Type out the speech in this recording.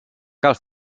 cal